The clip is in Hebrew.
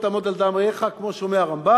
תעמד על דם רעך'" כמו שאומר הרמב"ם,